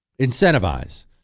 incentivize